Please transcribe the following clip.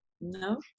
no